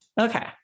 Okay